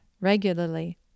regularly